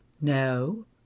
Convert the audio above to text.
No